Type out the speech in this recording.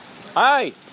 Hi